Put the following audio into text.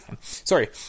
sorry